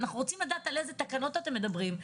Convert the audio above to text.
אנחנו רוצים לדעת על אילו תקנות אתם מדברים.